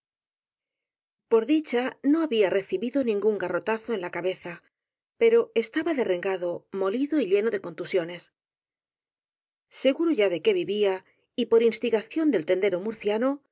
por dicha no había recibido ningún garrotazo en la cabeza pero estaba derrengado molido y lleno de contusiones seguro ya de que vivía y por instigación del tendero murciano